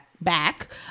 back